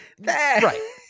Right